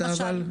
למשל.